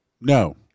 No